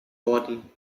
worden